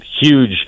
huge